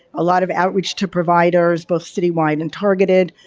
a lot of outreach to providers both citywide and targeted,